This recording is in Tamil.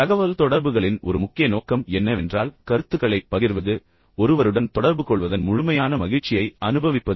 தகவல்தொடர்புகளின் ஒரு முக்கிய நோக்கம் என்னவென்றால் கருத்துக்களைப் பகிர்வது ஒருவருடன் தொடர்புகொள்வதன் முழுமையான மகிழ்ச்சியை அனுபவிப்பது